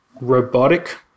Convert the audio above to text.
robotic